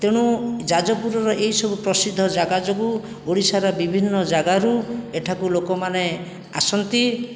ତେଣୁ ଯାଜପୁରର ଏହିସବୁ ପ୍ରସିଦ୍ଧ ଜାଗା ଯୋଗୁଁ ଓଡ଼ିଶାର ବିଭିନ୍ନ ଜାଗାରୁ ଏଠାକୁ ଲୋକମାନେ ଆସନ୍ତି